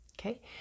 Okay